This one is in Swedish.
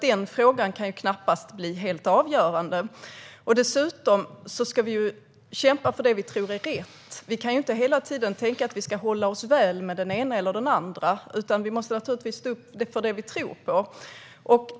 Den frågan kan knappast bli helt avgörande. Dessutom ska vi ju kämpa för det vi tror är rätt. Vi kan inte hela tiden tänka att vi ska hålla oss väl med den ena eller den andra, utan vi måste naturligtvis stå upp för det vi tror på.